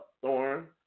thorn